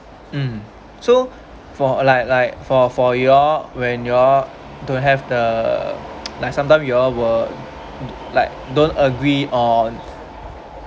mm so for like like for for you all when you all don't have the like sometime you all will like don't agree on